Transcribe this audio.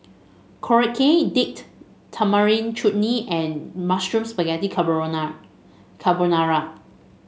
Korokke Date Tamarind Chutney and Mushroom Spaghetti Carbonara